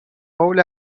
هول